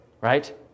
right